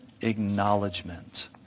acknowledgement